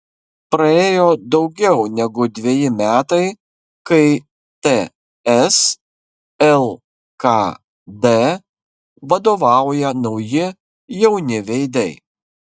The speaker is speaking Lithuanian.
praėjo daugiau negu dveji metai kai ts lkd vadovauja nauji jauni veidai